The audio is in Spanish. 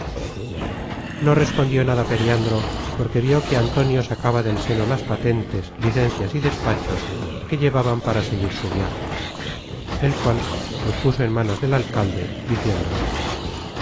no respondió nada periandro porque vió que antonio sacaba del seno las patentes licencias y despachos que llevaban para seguir su viaje el cual los puso en manos del alcalde diciéndole